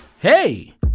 Hey